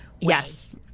Yes